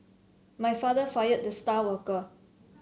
my father fired the star worker